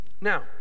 Now